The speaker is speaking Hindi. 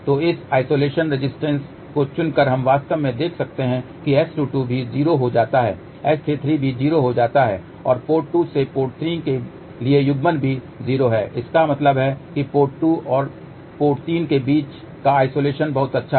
तो इस आइसोलेशन रेसिस्टेंस को चुनकर हम वास्तव में देख सकते हैं कि S22 भी 0 हो जाता है S33 भी 0 हो जाता है और पोर्ट 2 से पोर्ट 3 के लिए युग्मन भी 0 है इसका मतलब है कि पोर्ट 2 और 3 के बीच का आइसोलेशन बहुत अच्छा है